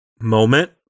moment